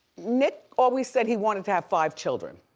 nick always said he wanted to have five children.